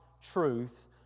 truth